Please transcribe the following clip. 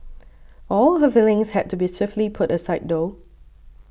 all her feelings had to be swiftly put aside though